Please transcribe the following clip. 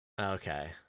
Okay